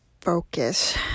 focus